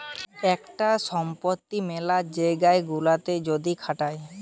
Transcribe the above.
একটা সম্পত্তি মেলা জায়গা গুলাতে যদি খাটায়